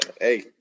Hey